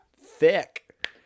thick